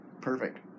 perfect